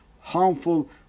harmful